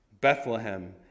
Bethlehem